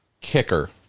kicker